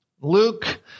Luke